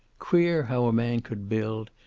queer how a man could build,